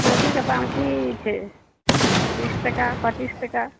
कोबीके दाम की छै बीस टका पचीस टका